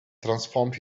transformed